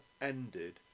ended